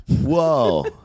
Whoa